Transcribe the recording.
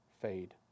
fade